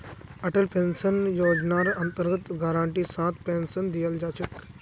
Atal pension योजनार अन्तर्गत गारंटीर साथ पेन्शन दीयाल जा छेक